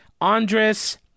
Andres